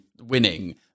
winning